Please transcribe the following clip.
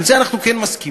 על זה אנחנו כן מסכימים.